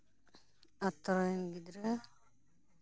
ᱟᱹᱛᱩ ᱨᱮᱱ ᱜᱤᱫᱽᱨᱟᱹ